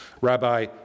Rabbi